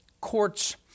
courts